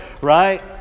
right